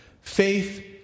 Faith